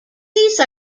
these